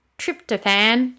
tryptophan